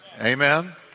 Amen